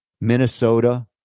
Minnesota